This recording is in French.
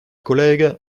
collègues